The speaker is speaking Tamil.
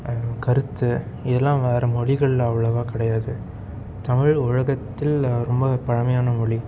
கருத்து இதெலாம் வேற மொழிகளில் அவ்வளோவா கிடையாது தமிழ் உலகத்தில் ரொம்ப பழமையான மொழி